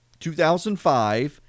2005